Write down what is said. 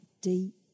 deep